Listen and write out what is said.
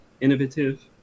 Innovative